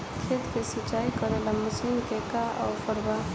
खेत के सिंचाई करेला मशीन के का ऑफर बा?